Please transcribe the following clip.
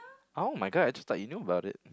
[oh]-my-god I just thought you know about it